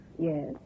Yes